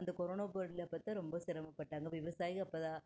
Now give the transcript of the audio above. அந்த கொரோனா ப்ரீயடில் பார்த்தா ரொம்ப சிரமப்பட்டாங்க விவசாயிகள் அப்போ தான்